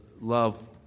love